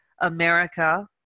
America